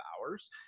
hours